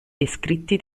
descritti